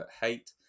hate